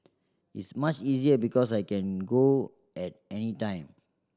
is much easier because I can go at any time